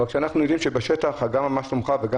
אבל כשאנחנו יודעים שבשטח גם ה"מה שלומך" וגם